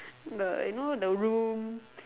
the you know the room